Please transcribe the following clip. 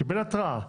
קיבל התראה,